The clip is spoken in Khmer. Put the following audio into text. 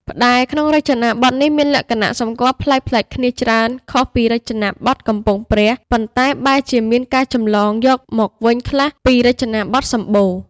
ផ្ដែរក្នុងរចនាបថនេះមានលក្ខណៈសម្គាល់ប្លែកៗគ្នាច្រើន ខុសពីរចនាបថកំពង់ព្រះ ប៉ុន្តែបែរជាមានការចម្លងយកមកវិញខ្លះពីរចនាបថសម្បូរ។